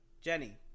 Jenny